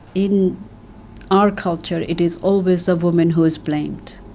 in our culture it is always the woman who is blamed.